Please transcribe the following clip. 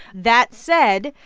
that said,